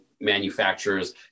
manufacturers